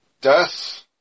Death